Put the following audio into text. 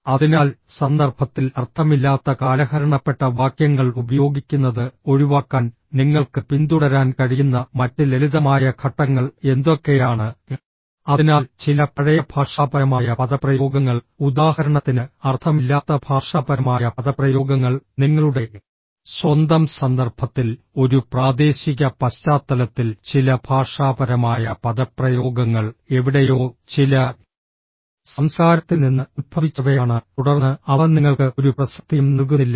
അതിനാൽ സന്ദർഭത്തിൽ അർത്ഥമില്ലാത്ത കാലഹരണപ്പെട്ട വാക്യങ്ങൾ ഉപയോഗിക്കുന്നത് ഒഴിവാക്കാൻ നിങ്ങൾക്ക് പിന്തുടരാൻ കഴിയുന്ന മറ്റ് ലളിതമായ ഘട്ടങ്ങൾ എന്തൊക്കെയാണ് അതിനാൽ ചില പഴയ ഭാഷാപരമായ പദപ്രയോഗങ്ങൾ ഉദാഹരണത്തിന് അർത്ഥമില്ലാത്ത ഭാഷാപരമായ പദപ്രയോഗങ്ങൾ നിങ്ങളുടെ സ്വന്തം സന്ദർഭത്തിൽ ഒരു പ്രാദേശിക പശ്ചാത്തലത്തിൽ ചില ഭാഷാപരമായ പദപ്രയോഗങ്ങൾ എവിടെയോ ചില സംസ്കാരത്തിൽ നിന്ന് ഉത്ഭവിച്ചവയാണ് തുടർന്ന് അവ നിങ്ങൾക്ക് ഒരു പ്രസക്തിയും നൽകുന്നില്ല